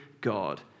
God